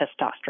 testosterone